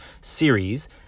series